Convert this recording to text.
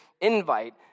invite